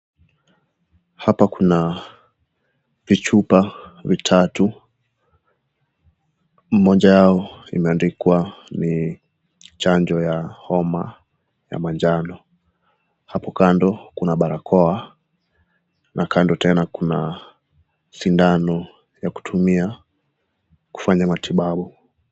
Hapa kuna vichupa vitatu ,moja yao imeandikwa ni chanjo ya homa ya manjano .Hapo kando kuna barakoa na hapo kando tena kuna sindano ya kutumia kufanya matibabu.